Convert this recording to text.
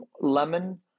lemon